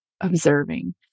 observing